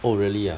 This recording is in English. oh really ah